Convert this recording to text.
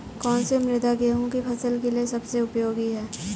कौन सी मृदा गेहूँ की फसल के लिए सबसे उपयोगी है?